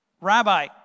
Rabbi